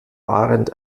ahrendt